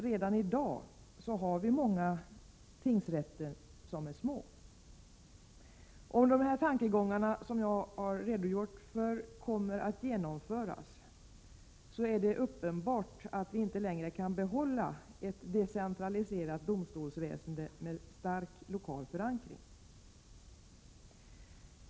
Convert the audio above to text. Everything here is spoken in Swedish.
Redan i dag har vi många tingsrätter som är små. Om de tankegångar som jag här har redogjort för kommer att genomföras är det uppenbart att vi inte längre kan behålla ett decentraliserat domstolsväsende med stark lokal förankring.